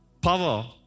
power